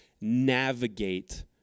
navigate